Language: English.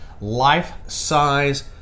life-size